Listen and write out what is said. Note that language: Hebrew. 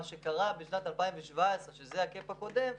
מה שקרה בשנת 2017, שזה הקאפ הקודם,